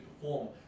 perform